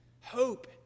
Hope